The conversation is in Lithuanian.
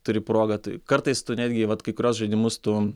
turi progą tai kartais tu netgi vat kai kuriuos žaidimus tu